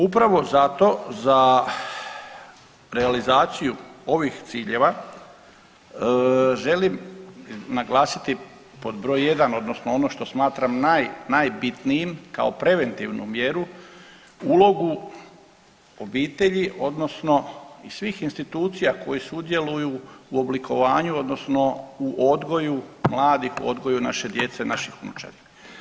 Upravo zato za realizaciju ovih ciljeva želim naglasiti pod broj jedan odnosno ono što smatram najbitnijim kao preventivnu mjeru, ulogu obitelji odnosno i svih institucija koje sudjeluju u oblikovanju odnosno u odgoju mladih u odgoju naše djece, naših unučadi.